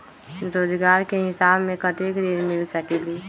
रोजगार के हिसाब से कतेक ऋण मिल सकेलि?